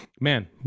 man